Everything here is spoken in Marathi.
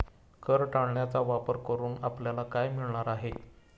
कर टाळण्याचा वापर करून आपल्याला काय मिळणार आहे?